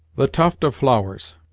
the tuft of flowers